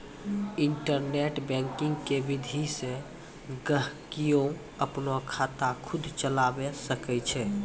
internet banking के विधि से गहकि अपनो खाता खुद चलावै सकै छै